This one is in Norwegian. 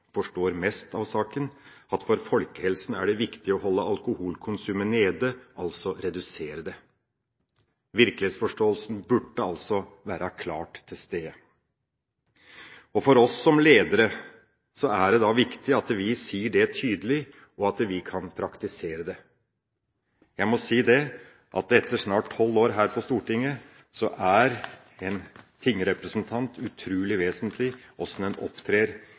holde alkoholkonsumet nede, altså redusere det. Virkelighetsforståelsen burde altså være klart til stede. For oss som ledere er det viktig at vi sier det tydelig, og at vi kan praktisere det. Jeg må si at etter snart tolv år her på Stortinget er det for en tingrepresentant utrolig vesentlig hvordan en opptrer